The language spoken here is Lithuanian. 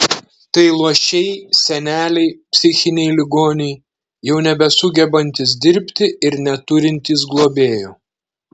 tai luošiai seneliai psichiniai ligoniai jau nebesugebantys dirbti ir neturintys globėjų